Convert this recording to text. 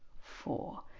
four